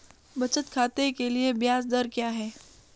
बचत खाते के लिए ब्याज दर क्या है?